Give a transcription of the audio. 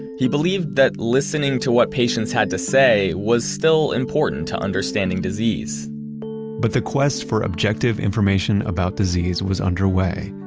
he believed that listening to what patients had to say was still important to understanding disease but the quest for objective information about disease was underway,